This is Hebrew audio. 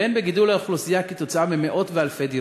והן כתוצאה מאכלוס מאות ואלפי דירות.